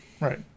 Right